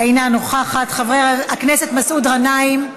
אינה נוכחת, חבר הכנסת מסעוד גנאים,